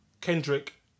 Kendrick